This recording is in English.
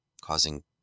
causing